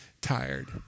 tired